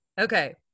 Okay